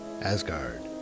Asgard